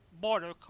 border